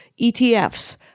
ETFs